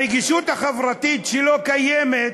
הרגישות החברתית שלא קיימת,